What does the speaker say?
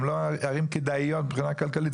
הן לא ערים כדאיות מבחינה כלכלית.